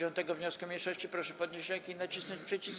wniosku mniejszości, proszę podnieść rękę i nacisnąć przycisk.